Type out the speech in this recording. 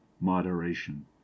moderation